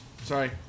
sorry